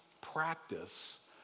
practice